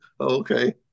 okay